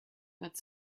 but